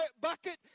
bucket